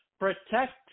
Protect